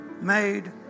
made